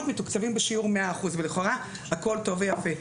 מתוקצבות בשיעור של 100%. ולכאורה הכל טוב ויפה.